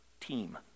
team